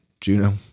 Juno